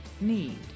need